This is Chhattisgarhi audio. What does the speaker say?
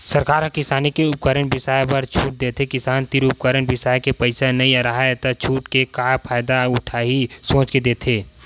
सरकार ह किसानी के उपकरन बिसाए बर छूट देथे किसान तीर उपकरन बिसाए के पइसा नइ राहय त छूट के का फायदा उठाही सोच के देथे